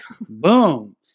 boom